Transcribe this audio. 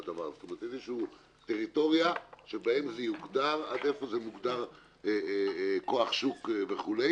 איזושהי טריטוריה שתאמר עד איפה מוגדר כוח שוק וכו'.